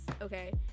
Okay